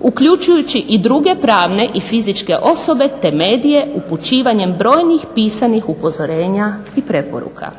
uključujući i druge pravne i fizičke osobe, te medije upućivanjem brojnih pisanih upozorenja i preporuka.